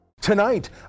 Tonight